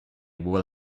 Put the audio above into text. will